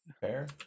Fair